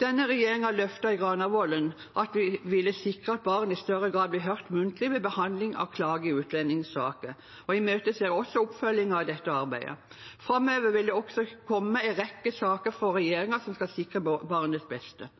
Denne regjeringen løftet i Granavolden-plattformen at vi ville sikre at barn i større grad blir hørt muntlig ved behandling av klager i utlendingssaker, og vi imøteser også oppfølging av dette arbeidet. Framover vil det også komme en rekke saker fra regjeringen som skal sikre barnets beste.